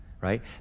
right